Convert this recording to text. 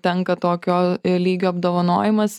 tenka tokio lygio apdovanojimas